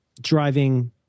driving